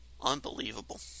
Unbelievable